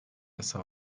yasa